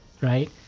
right